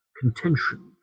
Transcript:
contention